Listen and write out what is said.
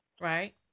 right